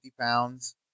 pounds